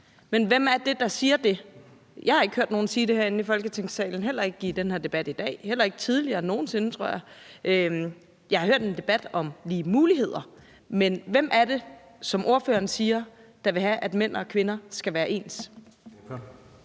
men hvem er det, der siger det? Jeg har ikke hørt nogen sige det herinde i Folketingssalen, heller ikke i den her debat i dag, heller ikke tidligere eller nogen sinde, tror jeg. Jeg har hørt en debat om lige muligheder. Men hvem er det, der ifølge ordføreren vil have, at mænd og kvinder skal være ens?